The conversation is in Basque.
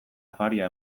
afaria